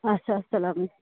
آچھا اَسلام علیکُم